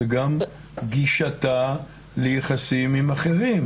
זה גם גישתה ליחסים עם אחרים.